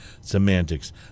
semantics